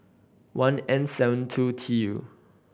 one N seven two T U